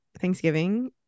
Thanksgiving